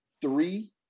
three